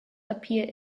appear